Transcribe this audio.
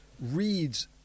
reads